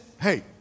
hey